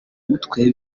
mutwe